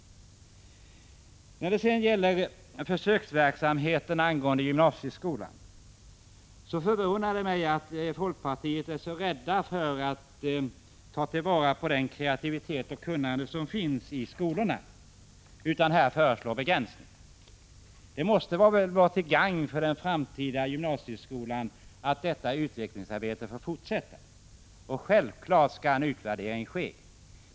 När det gäller försöksverksamheten i gymnasieskolan förvånar det mig att folkpartiets företrädare är så rädda för att ta vara på den kreativitet och det kunnande som finns i skolorna och här föreslår begränsningar. Det måste väl vara till gagn för den framtida gymnasieskolan att detta utvecklingsarbete får fortsätta. Och självfallet skall en utvärdering ske.